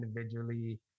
individually